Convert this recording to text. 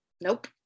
Nope